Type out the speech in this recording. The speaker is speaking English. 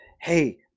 hey